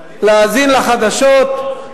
להאזין לחדשות,